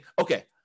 okay